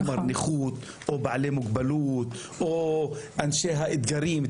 נכות, או בעלי מוגבלות, או אנשי האתגרים,